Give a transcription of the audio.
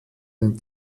den